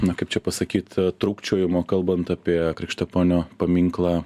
na kaip čia pasakyt trūkčiojimo kalbant apie krikštaponio paminklą